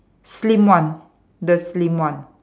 slim one the slim one